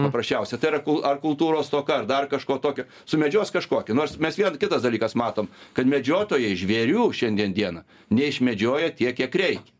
paprasčiausia tai yra ku ar kultūros stoka ar dar kažko tokio sumedžios kažkokį nors mes vėl kitas dalykas matom kad medžiotojai žvėrių šiandien dieną neišmedžioja tiek kiek reikia